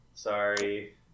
sorry